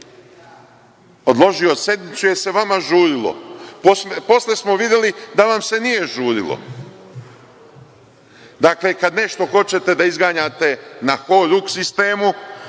odložio sednicu, jer se vama žurilo? Posle smo videli da vam se nije žurilo. Dakle, kada nešto hoćete da izganjate na „ho-ruk“ sistemu,